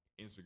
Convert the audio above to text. Instagram